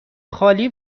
خالی